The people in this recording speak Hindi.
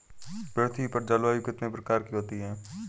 पृथ्वी पर जलवायु कितने प्रकार की होती है?